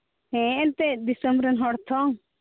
ᱦᱮᱸ ᱮᱱᱛᱮᱫ ᱫᱤᱥᱚᱢ ᱨᱮᱱ ᱦᱚᱲ ᱛᱚ